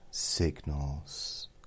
Signals